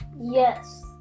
Yes